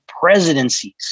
presidencies